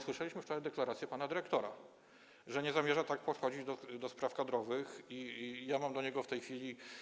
Słyszeliśmy wczoraj deklarację pana dyrektora, że nie zamierza tak podchodzić do spraw kadrowych, i ja mam do niego w tej chwili.